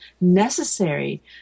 necessary